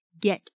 get